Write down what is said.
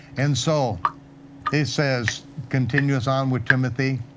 and so it says, continues on with timothy,